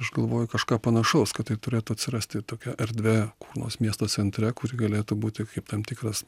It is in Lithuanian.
aš galvoju kažką panašaus kad tai turėtų atsirasti tokią erdvę kur nors miesto centre kuri galėtų būti kaip tam tikras